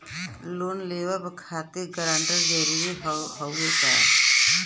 Loan लेवब खातिर guarantor जरूरी हाउ का?